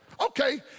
Okay